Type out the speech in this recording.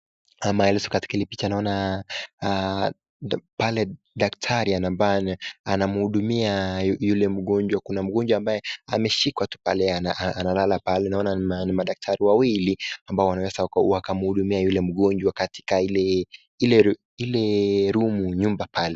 Maelezo katika hii picha naona pale daktari anamba anahudumia yule mgonjwa. Kuna mgonjwa ambaye ameshikwa tu pale analala pale. Naona ni madaktari wawili ambao wanaweza wakamhudumia yule mgonjwa katika ile ile room nyumba pale.